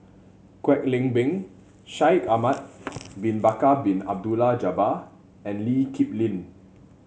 Kwek Leng Beng Shaikh Ahmad Bin Bakar Bin Abdullah Jabbar and Lee Kip Lin